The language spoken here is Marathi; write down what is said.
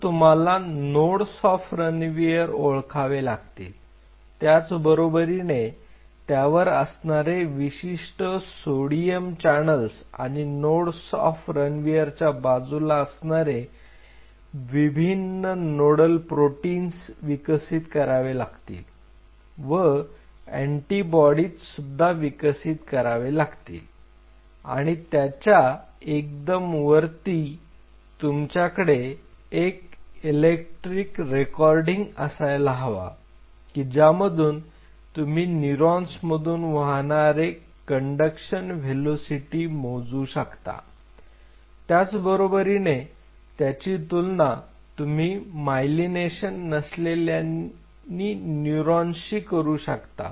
तर तुम्हाला नोडस ऑफ रणवियर ओळखावे लागतील त्याचबरोबरीने त्यावर असणारे विशिष्ट सोडियम चॅनल्स आणि नोडस ऑफ रणवियर च्या बाजूला असणारे विभिन्न नोडल प्रोटिन्स विकसित करावे लागतील व अंतीबोडीज सुद्धा विकसित करावे लागतील आणि याच्या एकदम वरती तुमच्याकडे एक इलेक्ट्रिक रेकॉर्डिंग असायला हवा की ज्यामधून तुम्ही न्यूरॉन्स मधून वाहणारे कंडक्शन वेलोसिटी मोजू शकता त्याचबरोबरीने त्याची तुलना तुम्ही मायलिनेशन नसलेल्यांनी न्यूरॉनशी करू शकता